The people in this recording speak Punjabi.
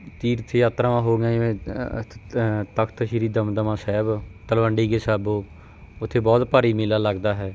ਤੀਰਥ ਯਾਤਰਾਵਾਂ ਹੋ ਗਈਆਂ ਜਿਵੇਂ ਤਖਤ ਸ਼੍ਰੀ ਦਮਦਮਾ ਸਾਹਿਬ ਤਲਵੰਡੀ ਕੇ ਸਾਬੋਂ ਉੱਥੇ ਬਹੁਤ ਭਾਰੀ ਮੇਲਾ ਲੱਗਦਾ ਹੈ